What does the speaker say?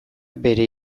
bere